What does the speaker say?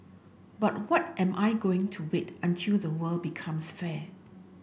but what am I going to wait until the world becomes fair